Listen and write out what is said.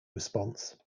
response